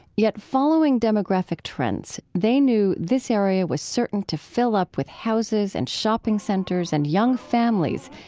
yet following demographic trends, they knew this area was certain to fill up with houses and shopping centers and young families.